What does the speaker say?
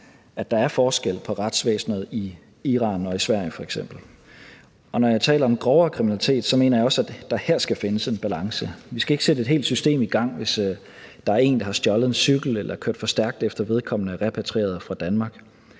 at der er forskel på retsvæsenet i f.eks. Iran og Sverige. Når jeg taler om grovere kriminalitet, mener jeg også, at der her skal findes en balance. Vi skal ikke sætte et helt system i gang, hvis der er en, der har stjålet en cykel eller er kørt for stærkt, efter at vedkommende er repatrieret fra Danmark,